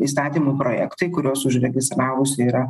įstatymų projektai kuriuos užregistravusi yra